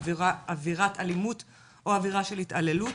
עבירת אלימות או עבירה של התעללות